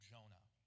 Jonah